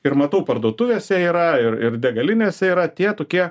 ir matau parduotuvėse yra ir ir degalinėse yra tie tokie